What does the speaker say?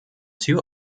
two